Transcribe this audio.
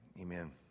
Amen